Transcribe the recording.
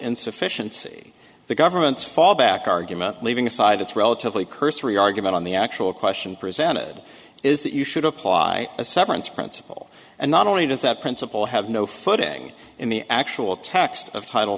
insufficiency the government's fallback argument leaving aside its relatively cursory argument on the actual question presented is that you should apply a severance principle and not only does that principle have no footing in the actual text of title